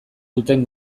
duten